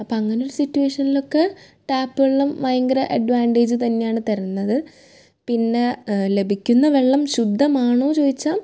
അപ്പം അങ്ങനൊരു സിറ്റ്വേഷനിലൊക്കെ ടാപ് വെള്ളം ഭയങ്കര അഡ്വാൻടേജ് തന്നെയാണ് തരുന്നത് പിന്നെ ലഭിക്കുന്ന വെള്ളം ശുദ്ധമാണോ ചോദിച്ചാൽ